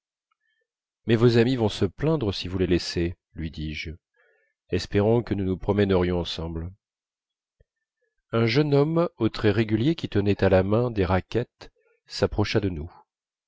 mais vos amies vont se plaindre si vous les laissez lui dis-je espérant que nous nous promènerions ensemble un jeune homme aux traits réguliers qui tenait à la main des raquettes s'approcha de nous